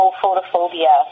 photophobia